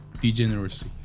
degeneracy